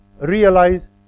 realize